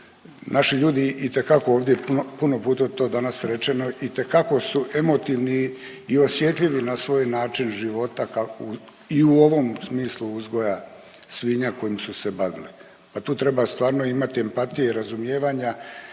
naši ljudi itekako ovdje puno puta je to danas rečeno, itekako su emotivni i osjetljivi na svoj način života kako i u ovom smislu uzgoja svinja kojim su se bavili. Pa tu treba stvarno imati empatije i razumijevanja